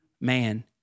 man